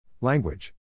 Language